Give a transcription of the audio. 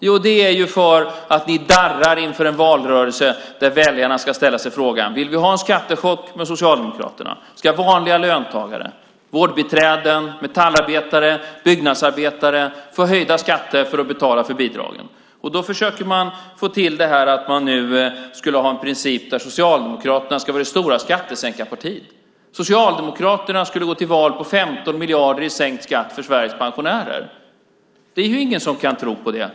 Jo, det är för att ni darrar inför en valrörelse där väljarna ska ställa sig frågan om de vill ha en skattechock med Socialdemokraterna. Ska vanliga löntagare, vårdbiträden, metallarbetare, byggnadsarbetare, få höjda skatter för att betala för bidragen? Då försöker man få till att man skulle ha en princip där Socialdemokraterna ska vara det stora skattesänkarpartiet. Socialdemokraterna skulle gå till val på 15 miljarder i sänkt skatt för Sveriges pensionärer. Det är ju ingen som kan tro på det.